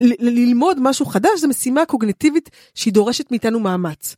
ללמוד משהו חדש זה משימה קוגנטיבית שהיא דורשת מאיתנו מאמץ.